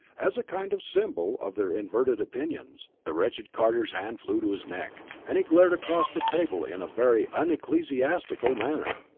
as a kind of symbol of their inverted opinions. the wretched carter's hand flew to his neck, and he glared across the table in a very unecclesiastical manner.